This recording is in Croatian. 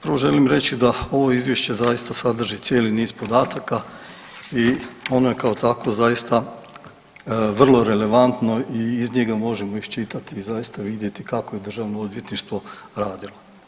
Prvo želim reći da ovo izvješće zaista sadrži cijeli niz podataka i ono je kao takvo zaista vrlo relevantno i iz njega može iščitati i zaista vidjeti kako je državno odvjetništvo radilo.